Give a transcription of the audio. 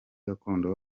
gakondo